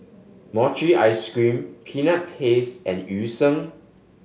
mochi ice cream Peanut Paste and Yu Sheng